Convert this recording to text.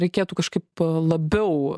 reikėtų kažkaip labiau